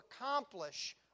accomplish